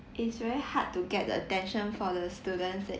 it's very hard to get the attention for the students that